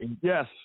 yes